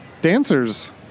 dancers